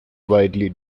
widely